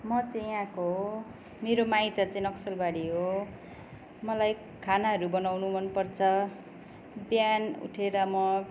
म चाहिँ यहाँको हो मेरो माइत चाहिँ नक्सलबाडी हो मलाई खानाहरू बनाउनु मन पर्छ बिहान उठेर म